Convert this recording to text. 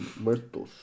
muertos